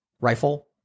rifle